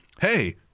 Hey